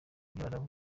by’abarabu